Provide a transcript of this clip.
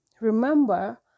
Remember